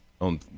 on